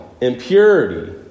impurity